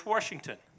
Washington